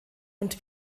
und